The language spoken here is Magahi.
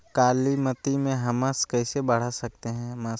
कालीमती में हमस कैसे बढ़ा सकते हैं हमस?